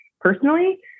personally